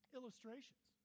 illustrations